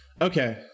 Okay